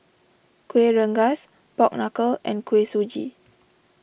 Kueh Rengas Pork Knuckle and Kuih Suji